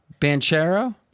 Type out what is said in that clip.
Banchero